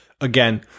again